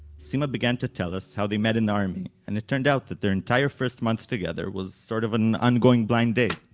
sima began to tell us how they met in the army, and it turned out that their entire first month together was sort of an ongoing blind date